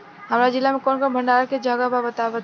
हमरा जिला मे कवन कवन भंडारन के जगहबा पता बताईं?